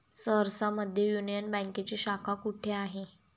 सहरसा मध्ये युनियन बँकेची शाखा कुठे आहे?